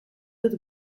dut